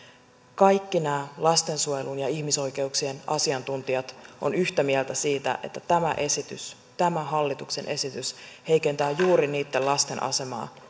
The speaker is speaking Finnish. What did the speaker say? kaikki nämä lastensuojelun ja ihmisoikeuksien asiantuntijat ovat yhtä mieltä siitä että tämä hallituksen esitys heikentää juuri niitten lasten asemaa